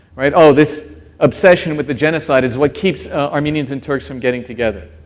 right? oh, this obsession with the genocide is what keeps armenians and turks from getting together,